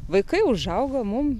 vaikai užaugo mum